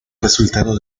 resultado